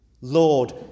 Lord